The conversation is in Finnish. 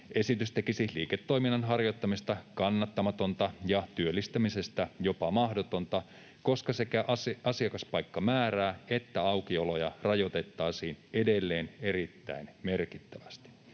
Esitys tekisi liiketoiminnan harjoittamisesta kannattamatonta ja työllistämisestä jopa mahdotonta, koska sekä asiakaspaikkamäärää että aukioloja rajoitettaisiin edelleen erittäin merkittävästi.